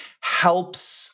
helps